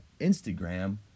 Instagram